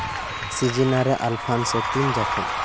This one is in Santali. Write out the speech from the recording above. ᱥᱤᱡᱤᱱ ᱨᱮ ᱟᱞᱯᱷᱟᱱ ᱛᱤᱱ ᱡᱚᱠᱷᱮᱡ